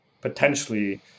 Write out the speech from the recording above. potentially